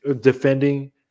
defending